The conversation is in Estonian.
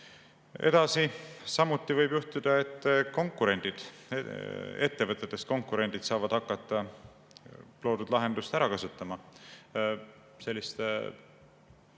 Edasi. Samuti võib juhtuda, et konkurendid ettevõtetes saavad hakata loodud lahendust ära kasutama selliste